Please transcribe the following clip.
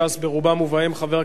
ובהם חברי הכנסת זאב,